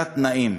תת-תנאים,